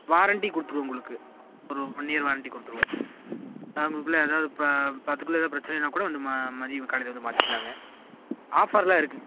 warranty கொடுத்துருவோம் உங்களுக்கு ஒரு ஒன் இயர் வாரண்டி கொடுத்துருவோம் உங்கக்குள்ள எதாவது பா குள்ள எதா பிரச்சனைன்னால் கூட வந்து மா மதியம் காலையில் வந்து மாற்றிக்கிலாங்க ஆஃபர்லாம் இருக்குது